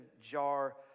jar